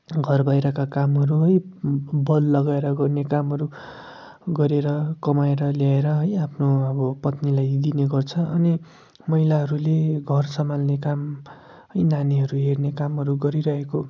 घर बाहिरका कामहरू है बल लगाएर गर्ने कामहरू गरेर कमाएर ल्याएर है आफ्नो अब पत्नीलाई दिने गर्छ अनि महिलाहरूले घर सम्हाल्ने काम नानीहरू हेर्ने कामहरू गरिरहेको